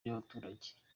by’abaturage